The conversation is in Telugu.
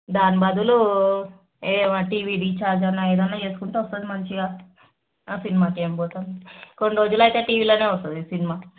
దాని బదులు ఏ టీవీ రీఛార్జ్ అనో ఏదైనా చేసుకుంటే వస్తుంది మంచిగా ఆ సినిమాకి ఏం పోతాము కొన్ని రోజులైతే టీవీలోనే వస్తుంది సినిమా